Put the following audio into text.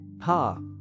Ha